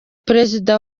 perezida